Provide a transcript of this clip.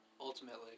ultimately